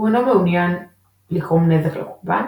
הוא אינו מעוניין לגרום נזק לקורבן,